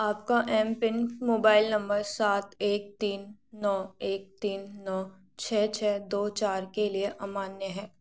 आपका M PIN mobile number सात एक तीन नौ एक तीन नौ छः छः दो चार के लिए अमान्य है